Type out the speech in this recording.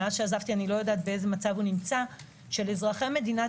ומאז שעזבתי איני יודעת באיזה מצב הוא נמצא של אזרחי מדינת